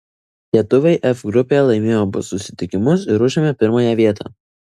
lietuviai f grupėje laimėjo abu susitikimus ir užėmė pirmąją vietą